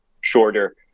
shorter